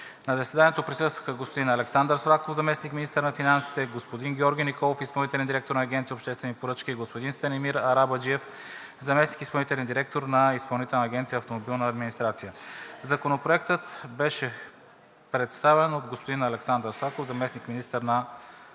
На заседанието присъстваха господин Александър Свраков – заместник-министър на финансите; господин Георги Николов –изпълнителен директор на Агенция по обществени поръчки, и господин Станимир Арабаджиев – заместник-изпълнителен директор на Изпълнителна агенция „Автомобилна администрация“. Законопроектът беше представен от господин Александър Свраков – заместник-министър на финансите,